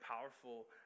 powerful